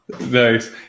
Nice